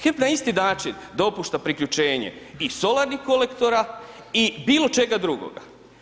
HEP na isti način dopušta priključenje i solarnih kolektora i bilo čega drugoga.